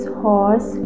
horse